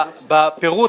בפירוט,